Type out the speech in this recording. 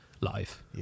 live